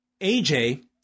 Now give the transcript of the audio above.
AJ